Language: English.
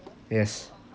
yes